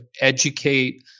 educate